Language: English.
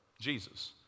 Jesus